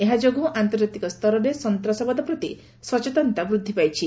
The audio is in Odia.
ଏହାଯୋଗୁଁ ଆନ୍ତର୍ଜାତିକ ସ୍ତରରେ ସନ୍ତାସବାଦ ପ୍ରତି ସଚେତନତା ବୃଦ୍ଧି ପାଇଛି